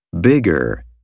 Bigger